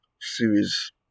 series